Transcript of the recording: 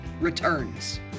returns